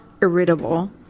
irritable